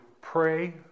pray